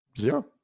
Zero